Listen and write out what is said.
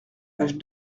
page